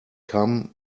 come